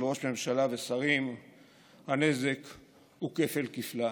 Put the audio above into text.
ראש ממשלה ושרים הנזק הוא כפל-כפליים.